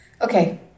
Okay